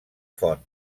font